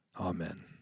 Amen